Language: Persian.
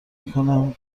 میکنم